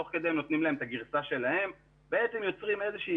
תוך כדי הם נותנים להם את הגרסה שלהם ובעצם הם יוצרים איזושהי